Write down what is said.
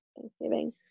Thanksgiving